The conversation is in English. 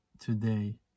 today